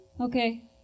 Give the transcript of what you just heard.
Okay